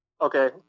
Okay